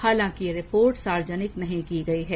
हालांकि ये रिपोर्ट सार्वजनिक नहीं की गई है